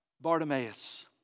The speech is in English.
Bartimaeus